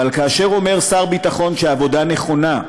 אבל כאשר אומר שר ביטחון שהעבודה נכונה,